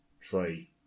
try